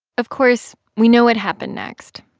of course, we know what happened next.